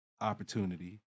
opportunity